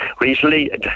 recently